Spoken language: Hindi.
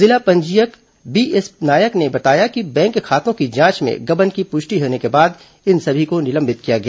जिला पंजीयक बीएस नायक ने बताया कि बैंक खातों की जांच में गबन की पुष्टि होने के बाद इन सभी को निलंबित किया गया